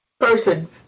person